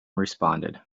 responded